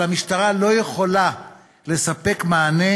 אבל המשטרה לא יכולה לספק מענה,